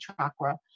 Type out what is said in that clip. chakra